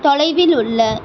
தொலைவில் உள்ள